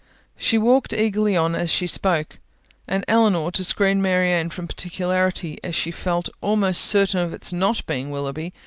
she walked eagerly on as she spoke and elinor, to screen marianne from particularity, as she felt almost certain of its not being willoughby,